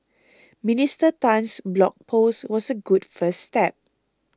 Minister Tan's blog post was a good first step